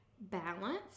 balance